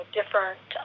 different